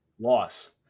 Loss